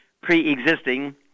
pre-existing